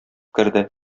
керде